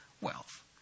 wealth